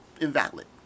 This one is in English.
invalid